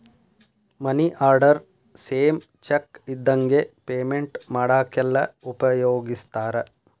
ಮನಿ order same cheque ಇದ್ದಂಗೆ payment ಮಾಡಾಕೆಲ್ಲ ಉಪಯೋಗಿಸ್ತಾರ